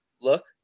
look